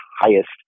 highest